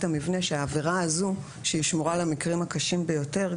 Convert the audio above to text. המבנה שהעבירה הזו שהיא שמורה למקרים הקשים ביותר,